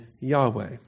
Yahweh